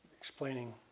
explaining